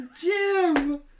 Jim